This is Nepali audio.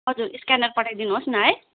हजुर स्क्यानर पठाइदिनुहोस् न है